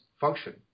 function